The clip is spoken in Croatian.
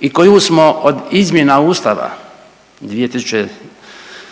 i koju smo od izmjena Ustava 2001.